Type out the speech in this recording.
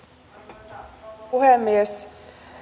arvoisa rouva puhemies